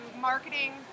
marketing